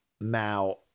Now